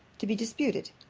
to be disputed.